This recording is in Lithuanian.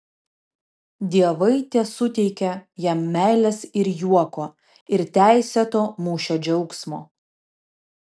dievai tesuteikia jam meilės ir juoko ir teisėto mūšio džiaugsmo